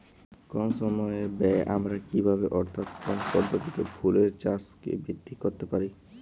কম সময় ব্যায়ে আমরা কি ভাবে অর্থাৎ কোন পদ্ধতিতে ফুলের চাষকে বৃদ্ধি করতে পারি?